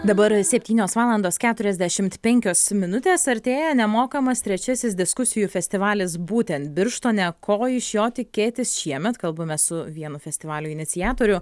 dabar septynios valandos keturiasdešimt penkios minutės artėja nemokamas trečiasis diskusijų festivalis būtent birštone ko iš jo tikėtis šiemet kalbame su vienu festivalio iniciatorių